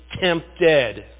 tempted